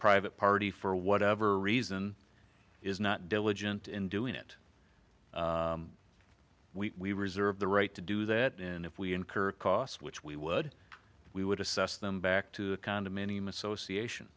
private party for whatever reason is not diligent in doing it we reserve the right to do that and if we incur costs which we would we would assess them back to a condominium association